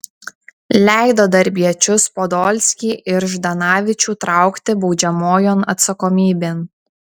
leido darbiečius podolskį ir ždanavičių traukti baudžiamojon atsakomybėn